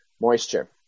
moisture